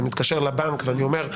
ואני מתקשר לבנק ואני אומר,